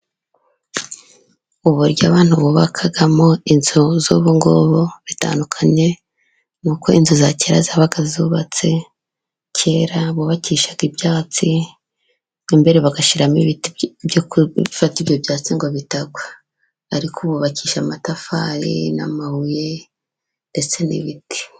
Uburyo abantu bubakamo inzu z'ubungubu, bitandukanye nuko inzu za kera zabaga zubatse. Kera bubakishaga ibyatsi, imbere bagashyiramo ibiti byogufata byatsi ngo bitagwa, ariko ubu bubakisha amatafari, n'amabuye, ndetse n'ibiti.